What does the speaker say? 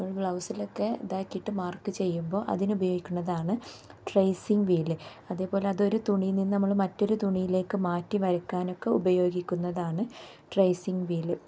നമ്മൾ ബ്ലൗസിലൊക്കെ ഇതാക്കിയിട്ട് മാർക്ക് ചെയ്യുമ്പോൾ അതിന് ഉപയോഗിക്കുന്നതാണ് ട്രേസിംഗ് വീല് അതേപോലെ അതൊരു തുണിയിൽനിന്ന് നമ്മൾ മറ്റൊരു തുണിയിലേക്ക് മാറ്റി വരക്കാനൊക്കെ ഉപയോഗിക്കുന്നതാണ് ട്രേസിംഗ് വീല്